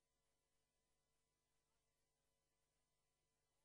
בנגב נהגו להרוס 1,000 מבנים בשנה עד לשנה שעברה.